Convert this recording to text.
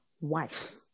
wife